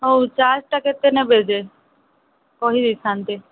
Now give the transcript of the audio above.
ହଉ ଚାର୍ଜ୍ଟା କେତେ ନେବେ ଯେ କହିଦେଇଥାଆନ୍ତେ